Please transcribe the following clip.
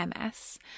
MS